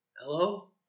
Hello